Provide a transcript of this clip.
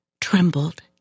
trembled